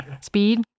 speed